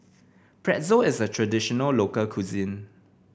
Pretzel is a traditional local cuisine